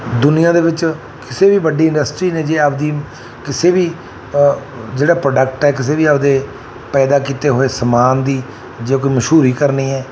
ਦੁਨੀਆਂ ਦੇ ਵਿੱਚ ਕਿਸੇ ਵੀ ਵੱਡੀ ਇੰਡਸਟਰੀ ਨੇ ਜੇ ਆਪਣੀ ਕਿਸੇ ਵੀ ਜਿਹੜਾ ਪ੍ਰੋਡਕਟ ਹੈ ਕਿਸੇ ਵੀ ਆਪਣੇ ਪੈਦਾ ਕੀਤੇ ਹੋਏ ਸਮਾਨ ਦੀ ਜੇ ਕੋਈ ਮਸ਼ਹੂਰੀ ਕਰਨੀ ਹੈ